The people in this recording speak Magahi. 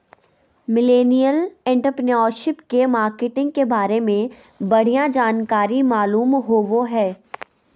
मिलेनियल एंटरप्रेन्योरशिप के मार्केटिंग के बारे में बढ़िया जानकारी मालूम होबो हय